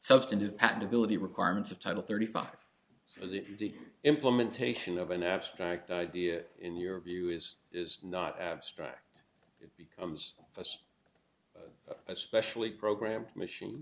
substantive patentability requirements of title thirty five for the implementation of an abstract idea in your view is is not abstract it becomes a especially programmed machine